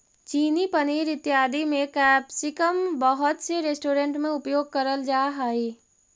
chilli paneer इत्यादि में capsicum बहुत से रेस्टोरेंट में उपयोग करल जा हई